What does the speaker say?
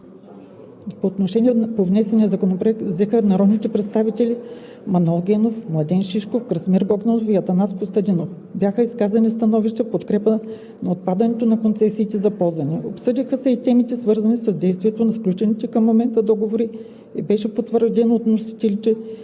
Отношение по внесения законопроект взеха народните представители Манол Генов, Младен Шишков, Красимир Богданов и Атанас Костадинов. Бяха изказани становища в подкрепа на отпадането на концесиите за ползване. Обсъдиха се и темите, свързани с действието на сключените към момента договори, и беше потвърдено от вносителите,